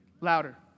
Louder